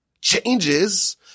changes